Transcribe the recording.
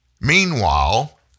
Meanwhile